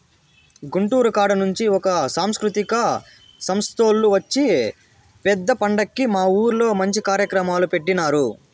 గుంటూరు కాడ నుంచి ఒక సాంస్కృతిక సంస్తోల్లు వచ్చి పెద్ద పండక్కి మా ఊర్లో మంచి కార్యక్రమాలు పెట్టినారు